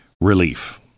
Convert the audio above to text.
Relief